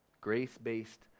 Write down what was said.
Grace-based